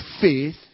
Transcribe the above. faith